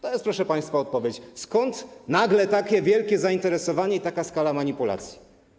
To jest, proszę państwa, odpowiedź, skąd nagle takie wielkie zainteresowanie i taka skala manipulacji.